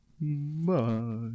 Bye